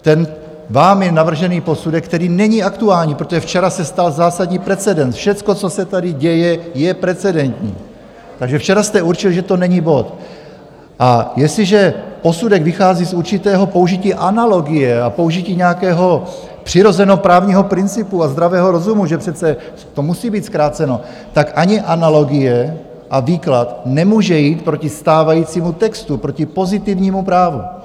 Ten vámi navržený posudek, který není aktuální, protože včera se stal zásadní precedens všechno, co se tady děje, je precedentní takže včera jste určili, že to není bod, a jestliže posudek vychází z určitého použití analogie a použití nějakého přirozeně právního principu a zdravého rozumu, že přece to musí být zkráceno, tak ani analogie a výklad nemůže jít proti stávajícímu textu, proti pozitivnímu právu.